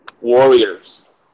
warriors